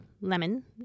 lemon